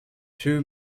two